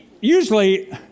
Usually